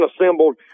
assembled